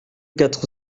quatre